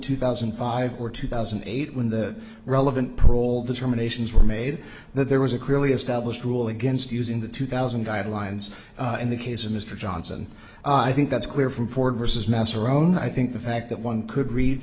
two thousand and five or two thousand and eight when the relevant parole determinations were made that there was a clearly established rule against using the two thousand guidelines in the case of mr johnson i think that's clear from ford versus masseur own i think the fact that one could read